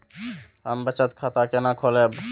हम बचत खाता केना खोलैब?